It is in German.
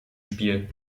spiel